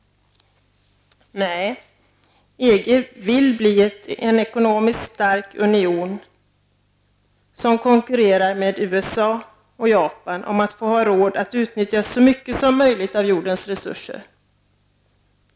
Nej, EG vill bli en ekonomiskt stark union som konkurrerar med USA och Japan om att få råd att utnyttja så mycket som möjligt av jordens resurser.